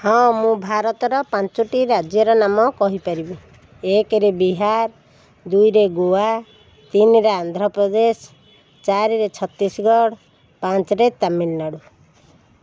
ହଁ ମୁଁ ଭାରତର ପାଞ୍ଚଟି ରାଜ୍ୟର ନାମ କହି ପାରିବି ଏକରେ ବିହାର ଦୁଇରେ ଗୋଆ ତିନିରେ ଆନ୍ଧ୍ରପ୍ରଦେଶ ଚାରିରେ ଛତିଶଗଡ଼ ପାଞ୍ଚରେ ତାମିଲନାଡ଼ୁ